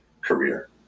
career